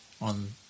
on